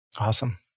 Awesome